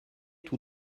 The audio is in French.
tout